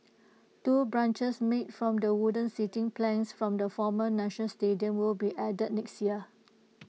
two benches made from the wooden seating planks from the former national stadium will be added next year